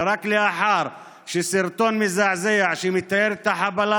ורק לאחר שסרטון מזעזע שמתאר את החבלה